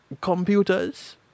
Computers